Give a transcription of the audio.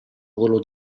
volo